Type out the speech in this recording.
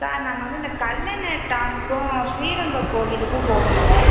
sir நாங்கள் வந்து இந்த கல்லணை டேமுக்கும் ஸ்ரீரங்கம் கோவிலுக்கும் போகணும்